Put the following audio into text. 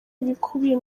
ibikubiye